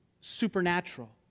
supernatural